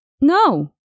No